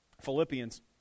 Philippians